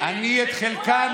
למה שלא תהיה,